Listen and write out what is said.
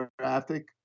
traffic